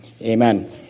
Amen